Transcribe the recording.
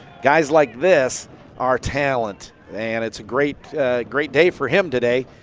guys like this are talent and it's a great great day for him today.